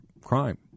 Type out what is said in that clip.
crime